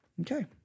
Okay